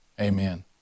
amen